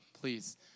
please